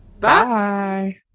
Bye